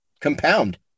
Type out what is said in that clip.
compound